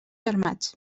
armats